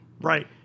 Right